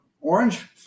Orange